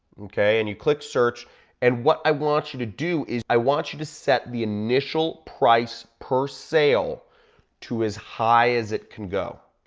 okay and you click search and what i want you to do is i want you to set the initial price per sale to as high as it can go.